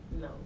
No